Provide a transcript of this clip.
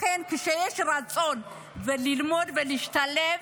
לכן כשיש רצון ללמוד ולהשתלב,